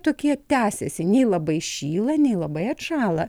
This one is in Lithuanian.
tokie tęsiasi nei labai šyla nei labai atšąla